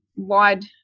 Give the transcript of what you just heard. wide